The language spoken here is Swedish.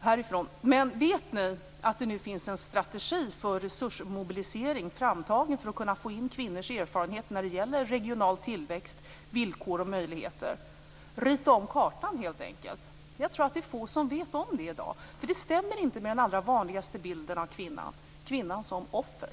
härifrån. Men vet ni att det nu finns en strategi för resursmobilisering framtagen för att kunna få in kvinnors erfarenhet när det gäller regional tillväxt, villkor och möjligheter - rita om kartan, helt enkelt? Jag tror att det är få som vet om det i dag. Det stämmer nämligen inte med den allra vanligaste bilden av kvinnan - kvinnan som offer.